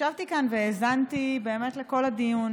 ישבתי כאן והאזנתי באמת לכל הדיון